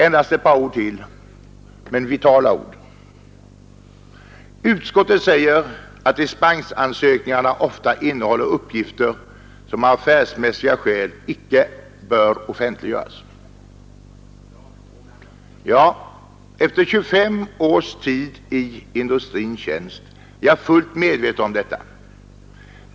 Endast ett par ord till — men av vital betydelse. Utskottet säger att dispensansökningarna ofta innehåller uppgifter som av affärsmässiga skäl icke bör offentliggöras. Efter ca 25 år i industrins tjänst är jag fullt medveten om detta.